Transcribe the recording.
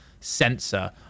sensor